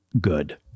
good